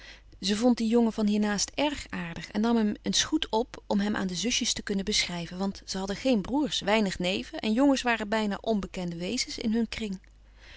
ze vond die jongen van hiernaast erg aardig en nam hem eens goed op om hem aan de zusjes te kunnen beschrijven want ze hadden geen broers weinig neven en jongens waren bijna onbekende wezens in hun kring